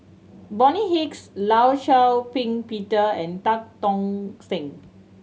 Bonny Hicks Law Shau Ping Peter and Tan Tock San